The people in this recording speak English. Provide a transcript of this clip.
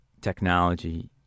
technology